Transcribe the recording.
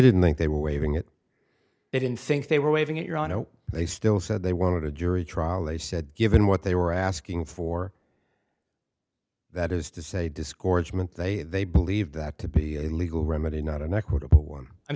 didn't think they were waving it they didn't think they were waving at your honor they still said they wanted a jury trial they said given what they were asking for that is to say disgorgement they they believe that to be a legal remedy not an equitable one i'm